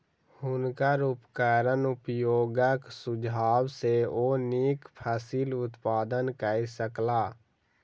हुनकर उपकरण उपयोगक सुझाव सॅ ओ नीक फसिल उत्पादन कय सकला